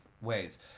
ways